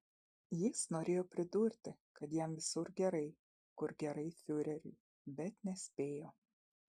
jis norėjo pridurti kad jam visur gerai kur gerai fiureriui bet nespėjo